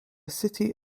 city